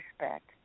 respect